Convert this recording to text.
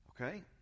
okay